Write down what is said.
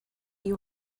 you